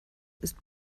ist